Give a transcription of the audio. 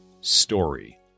story